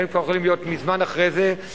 היינו יכולים כבר מזמן להיות אחרי זה.